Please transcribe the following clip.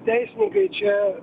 teisininkai čia